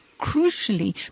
crucially